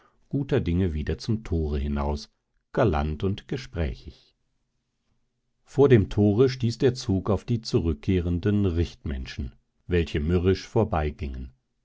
guter dinge wieder zum tore hinaus galant und gesprächig vor dem tore stieß der zug auf die zurückkehrenden richtmenschen welche mürrisch